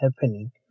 happening